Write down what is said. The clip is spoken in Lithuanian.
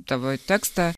tavo tekstą